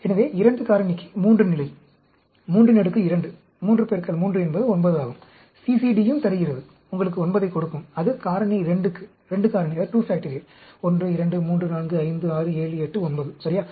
எனவே 2 காரணிக்கு 3 நிலை 32 3 3 என்பது 9 ஆகும் CCD யும் தருகிறது உங்களுக்கு 9 யைக் கொடுக்கும் அது 2 காரணிக்கு 1 2 3 4 5 6 7 8 9 சரியா